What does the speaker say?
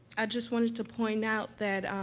i just wanted to point out that,